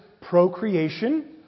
procreation